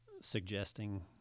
suggesting